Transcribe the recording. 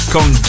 Con